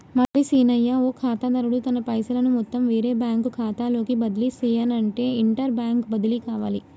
మరి సీనయ్య ఓ ఖాతాదారుడు తన పైసలను మొత్తం వేరే బ్యాంకు ఖాతాలోకి బదిలీ సెయ్యనఅంటే ఇంటర్ బ్యాంక్ బదిలి కావాలి